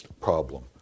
problem